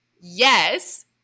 yes